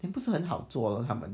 then 不是很好做 lor 他们